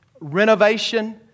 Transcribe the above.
renovation